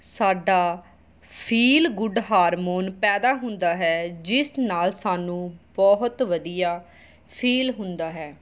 ਸਾਡਾ feel good hormone ਪੈਦਾ ਹੁੰਦਾ ਹੈ ਜਿਸ ਨਾਲ ਸਾਨੂੰ ਬਹੁਤ ਵਧੀਆ ਫੀਲ ਹੁੰਦਾ ਹੈ